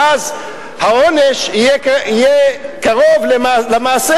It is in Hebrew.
ואז העונש יהיה קרוב למעשה.